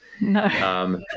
No